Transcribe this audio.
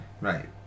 right